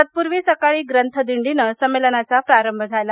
तत्पूर्वी सकाळी ग्रंथ दिडीनं संमेलनाचा प्रारंभ झाला